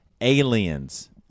aliens